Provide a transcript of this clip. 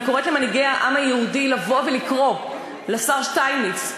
אני קוראת למנהיגי העם היהודי לבוא ולקרוא לשר שטייניץ,